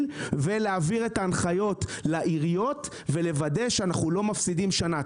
ולהעביר את ההנחיות לעיריות ולוודא שאנחנו לא מפסידים שנה.